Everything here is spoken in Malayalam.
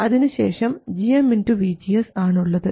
അതിനുശേഷം gm vGS ആണുള്ളത്